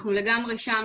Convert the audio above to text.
אנחנו לגמרי שם,